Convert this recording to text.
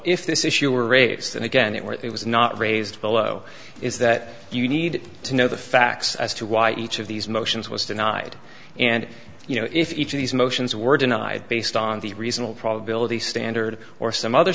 if this issue were raised and again it where it was not raised below is that you need to know the facts as to why each of these motions was denied and you know if each of these motions were denied based on the reasonable probability standard or some other